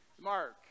Mark